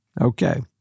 Okay